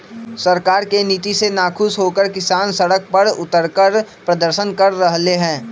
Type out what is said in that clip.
सरकार के नीति से नाखुश होकर किसान सड़क पर उतरकर प्रदर्शन कर रहले है